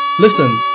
Listen